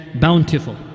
bountiful